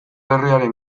herriaren